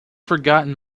forgotten